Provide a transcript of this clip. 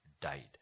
died